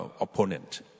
opponent